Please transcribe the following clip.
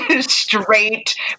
straight